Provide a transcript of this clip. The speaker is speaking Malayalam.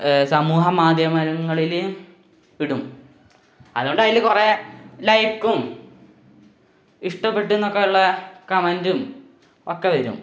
സമൂഹ മാധ്യമങ്ങളില് ഇടും അതുകൊണ്ട് അതില് കുറേ ലൈക്കും ഇഷ്ടപ്പെട്ടു എന്നൊക്കെയുള്ള കമൻറ്റും ഒക്കെ വരും